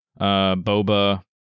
Boba